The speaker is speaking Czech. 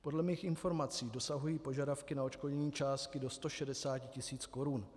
Podle mých informací dosahují požadavky na odškodnění částky do 160 tisíc korun.